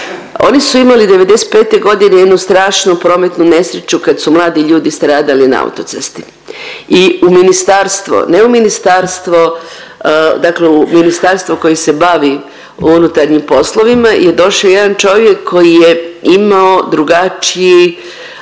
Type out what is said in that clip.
Oni su imali '95. godine jednu strašnu prometnu nesreću kad su mladi ljudi stradali na autocesti i u ministarstvo, ne u ministarstvo dakle u ministarstvo koje se bavi unutarnjim poslovima je došao jedan čovjek koji je imao drugačiji